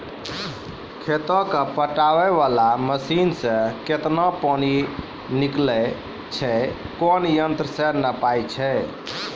खेत कऽ पटाय वाला मसीन से केतना पानी निकलैय छै कोन यंत्र से नपाय छै